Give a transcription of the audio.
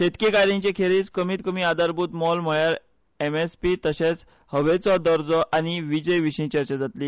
शेतकी कायद्यांचे खेरीज कमीत कमी आधारभूत मोल म्हणल्यार एमएसपी तशेंच हवेचो दर्जो आनी विजे विशीं चर्चा जातली